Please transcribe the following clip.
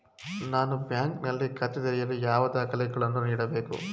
ನಾನು ಬ್ಯಾಂಕ್ ನಲ್ಲಿ ಖಾತೆ ತೆರೆಯಲು ಯಾವ ದಾಖಲೆಗಳನ್ನು ನೀಡಬೇಕು?